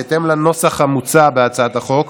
בהתאם לנוסח המוצע בהצעת החוק,